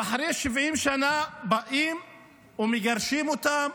ואחרי 70 שנה באים ומגרשים אותם,